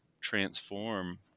transform